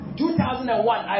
2001